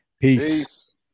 peace